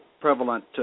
prevalent